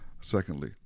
Secondly